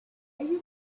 you